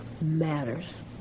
matters